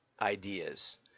ideas